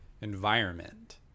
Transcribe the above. environment